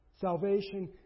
Salvation